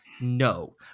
No